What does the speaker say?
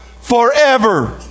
forever